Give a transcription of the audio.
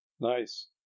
Nice